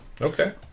okay